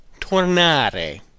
tornare